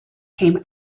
came